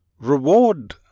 Reward